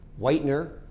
whitener